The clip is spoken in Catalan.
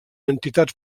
entitats